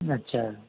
अच्छा